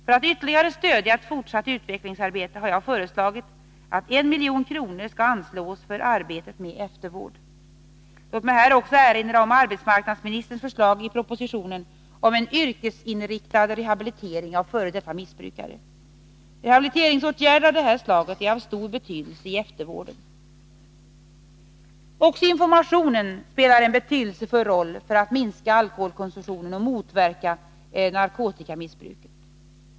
För att ytterligare stödja ett fortsatt utvecklingsarbete har jag föreslagit att 1 milj.kr. skall anslås för arbetet med eftervård. Låt mig här också erinra om arbetsmarknadsministerns förslag i propositionen om en yrkesinriktad rehabilitering av f.d. missbrukare. Rehabiliteringsåtgärder av detta slag är av stor betydelse i eftervården. Informationen spelar en betydelsefull roll när det gäller att minska alkoholkonsumtionen och motverka narkotikamissbruket.